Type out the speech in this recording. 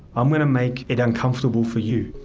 i'm going to make it uncomfortable for you.